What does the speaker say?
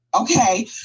Okay